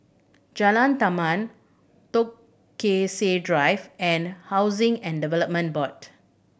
Jalan Taman Drive and Housing and Development Board